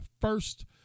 first